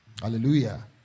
hallelujah